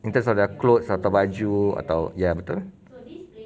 in terms of their clothes atau baju atau ya betul